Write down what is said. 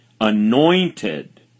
Anointed